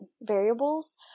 variables